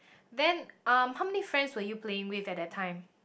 then um how many friends were you playing with at that time